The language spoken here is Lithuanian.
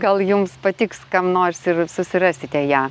gal jums patiks kam nors ir susiraskite ją